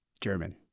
German